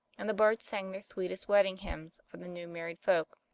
and the birds sang their sweetest wedding hymns for the new-married folk.